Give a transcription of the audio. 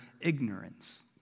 ignorance